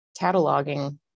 cataloging